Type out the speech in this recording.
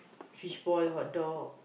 fishball hot dog